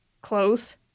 close